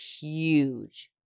huge